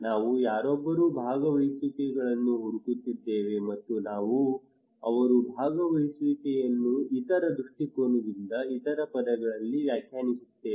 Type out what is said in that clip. ನಾವು ಯಾರೊಬ್ಬರ ಭಾಗವಹಿಸುವಿಕೆಗಳನ್ನು ಹುಡುಕುತ್ತಿದ್ದೇವೆ ಮತ್ತು ನಾವು ಅವರ ಭಾಗವಹಿಸುವಿಕೆಯನ್ನು ಇತರ ದೃಷ್ಟಿಕೋನದಲ್ಲಿ ಇತರ ಪದಗಳಲ್ಲಿ ವ್ಯಾಖ್ಯಾನಿಸುತ್ತೇವೆ